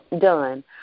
done